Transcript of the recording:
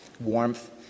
warmth